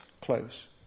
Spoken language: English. close